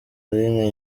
alyn